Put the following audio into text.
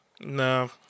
No